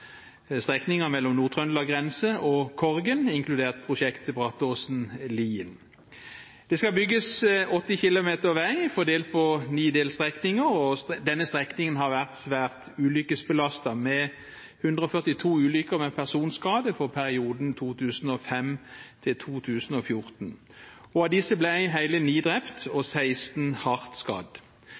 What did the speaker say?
mellom Nord-Trøndelag grense og Korgen, inkludert prosjektet Brattåsen–Lien. Det skal bygges 80 kilometer vei fordelt på ni delstrekninger. Denne strekningen har vært svært ulykkesbelastet, med 142 ulykker med personskade for perioden 2005–2014. Av disse ble hele ni drept og 16 hardt skadd.